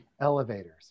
elevators